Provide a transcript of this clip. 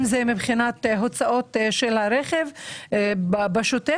אם זה מבחינת הוצאות של הרכב בשוטף,